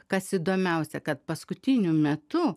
kas įdomiausia kad paskutiniu metu